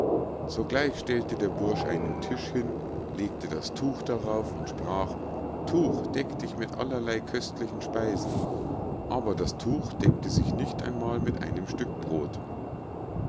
sogleich stellte der bursch einen tisch hin legte das tuch darauf und sprach tuch deck dich mit allerlei köstlichen speisen aber das tuch deckte sich nicht einmal mit einem stück brod